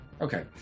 Okay